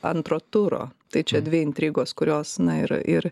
antro turo tai čia dvi intrigos kurios na yra ir